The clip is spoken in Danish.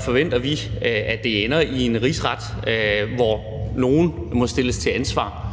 forventer vi, at det ender i en rigsret, hvor nogle må stilles til ansvar.